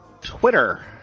Twitter